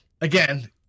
again